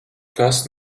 kas